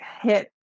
hit